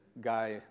guy